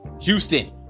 Houston